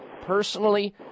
personally